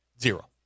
Zero